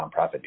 nonprofit